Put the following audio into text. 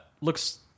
looks